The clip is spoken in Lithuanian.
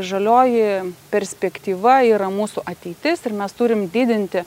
žalioji perspektyva yra mūsų ateitis ir mes turim didinti